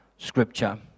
scripture